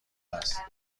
است